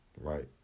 right